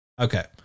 Okay